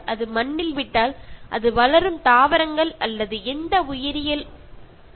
ഇത് മണ്ണിൽ ഇട്ടാൽ അത് മരങ്ങളെയും മറ്റു മണ്ണിൽ ജീവിക്കുന്ന ജീവികളെയും ദോഷകരമായി ബാധിക്കുന്നു